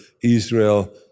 Israel